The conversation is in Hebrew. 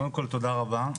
קודם כל תודה רבה.